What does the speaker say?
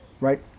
right